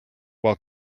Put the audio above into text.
while